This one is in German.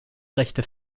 rechte